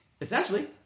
Essentially